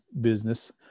business